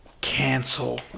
cancel